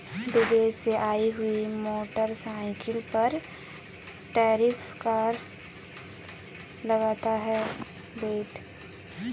विदेश से आई हुई मोटरसाइकिल पर टैरिफ कर लगता है बेटे